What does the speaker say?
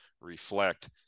reflect